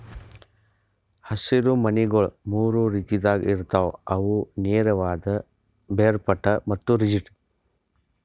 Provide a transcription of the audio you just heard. ಹಸಿರು ಮನಿಗೊಳ್ ಮೂರು ರೀತಿದಾಗ್ ಇರ್ತಾವ್ ಅವು ನೇರವಾದ, ಬೇರ್ಪಟ್ಟ ಮತ್ತ ರಿಡ್ಜ್